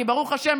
כי ברוך השם,